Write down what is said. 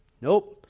Nope